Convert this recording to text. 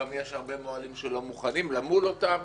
גם יש הרבה מוהלים שלא מוכנים למול אותם.